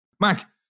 Mac